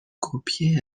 کپی